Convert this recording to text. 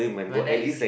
whether it's